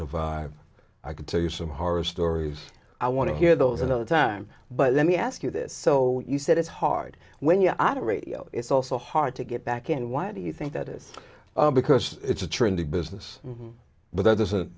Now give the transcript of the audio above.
survive i could tell you some horror stories i want to hear those another time but let me ask you this so you said it's hard when you're out of radio it's also hard to get back into why do you think that is because it's a trendy business but that doesn't